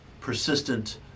persistent